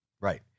Right